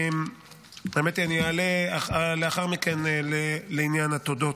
האמת היא, אני אעלה לאחר מכן לעניין התודות.